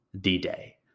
D-Day